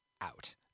out